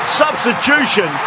substitution